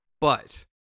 But-